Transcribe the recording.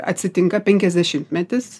atsitinka penkiasdešimtmetis